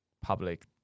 public